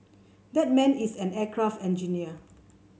that man is an aircraft engineer